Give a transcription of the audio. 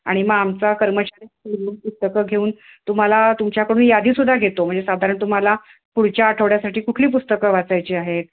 आणि मग आमचा कर्मचारी पुस्तकं घेऊन तुम्हाला तुमच्याकडून यादीसुद्धा घेतो म्हणजे साधारण तुम्हाला पुढच्या आठवड्यासाठी कुठली पुस्तकं वाचायची आहेत